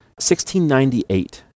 1698